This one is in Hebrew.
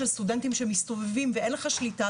של סטודנטים שמסתובבים ואין לך שליטה.